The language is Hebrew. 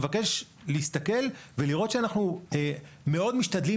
אני מבקש להסתכל ולראות שאנחנו מאוד משתדלים